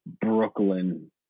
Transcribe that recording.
Brooklyn